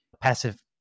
passive